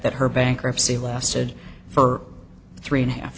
that her bankruptcy lasted for three and a half